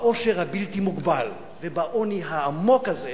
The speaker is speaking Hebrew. בעושר הבלתי-מוגבל ובעוני העמוק הזה,